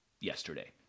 yesterday